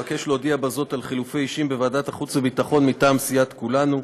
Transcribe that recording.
אבקש להודיע בזה על חילופי אישים בוועדת החוץ והביטחון מטעם סיעת כולנו.